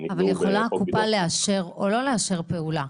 אבל הקופה יכולה לאשר או לא לאשר פעולה,